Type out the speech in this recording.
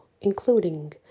including